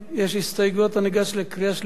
יש הסתייגויות או שניגש לקריאה שלישית?